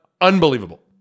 Unbelievable